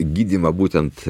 gydymą būtent